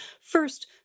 first